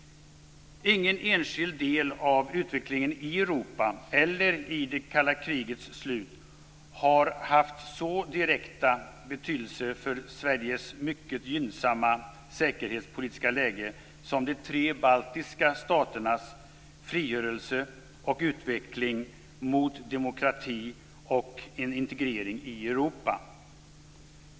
Ingen enskild del av utvecklingen i Europa sedan det kalla krigets slut har haft en så direkt betydelse för Sveriges mycket gynnsamma säkerhetspolitiska läge som de tre baltiska staternas frigörelse och utveckling mot demokrati och en integrering i Europa.